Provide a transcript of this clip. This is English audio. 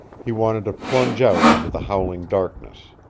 he wanted to plunge out into the howling darkness.